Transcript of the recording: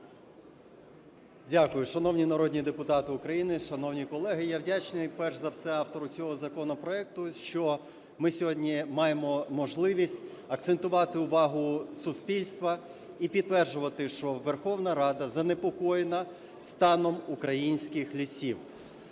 Дякую. Шановні народні депутати України, шановні колеги! Я вдячний перш за все автору цього законопроекту, що ми сьогодні маємо можливість акцентувати увагу суспільства і підтверджувати, що Верховна Рада занепокоєна станом українських лісів.